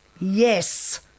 Yes